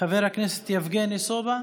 חבר הכנסת יבגני סובה,